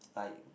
like